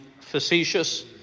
facetious